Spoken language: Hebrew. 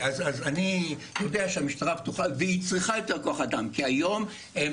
אני יודע שהמשטרה פתוחה והיא צריכה יותר כוח אדם כי היום הם